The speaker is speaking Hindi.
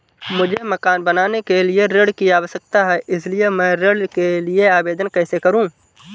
मुझे मकान बनाने के लिए ऋण की आवश्यकता है इसलिए मैं ऋण के लिए आवेदन कैसे करूं?